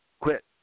quit